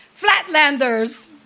flatlanders